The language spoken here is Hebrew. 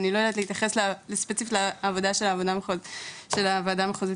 אני לא יודעת להתייחס ספציפית לעבודה של הוועדה המחוזית